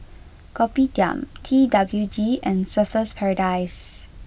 Kopitiam T W G and Surfer's Paradise